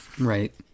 Right